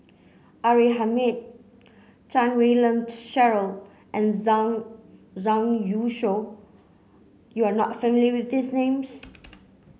R A Hamid Chan Wei Ling Cheryl and Zhang Zhang Youshuo you are not familiar with these names